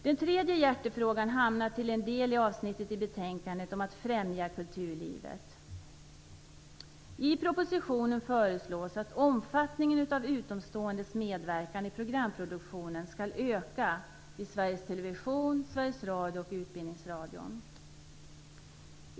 Den tredje hjärtefrågan hamnar till en del i avsnittet om att främja kulturlivet i betänkandet. I propositionen föreslås att omfattningen av utomståendes medverkan i programproduktionen skall öka i Sveriges Television, Sveriges Radio och Utbildningsradion.